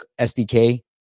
SDK